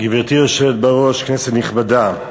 גברתי היושבת בראש, כנסת נכבדה,